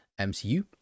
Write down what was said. mcu